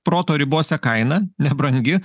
proto ribose kaina nebrangi